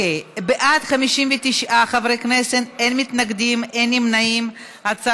בעד, 59 חברי כנסת, אין מתנגדים ויש נמנע אחד.